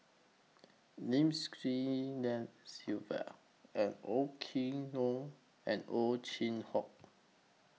Lim Swee Lian Sylvia and Oei Tiong Ham and Ow Chin Hock